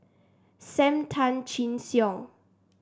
Sam Tan Chin Siong